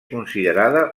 considerada